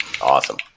Awesome